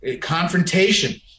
confrontation